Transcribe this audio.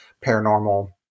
Paranormal